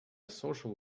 social